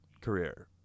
career